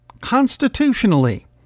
constitutionally